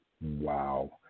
Wow